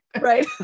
right